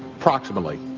approximately.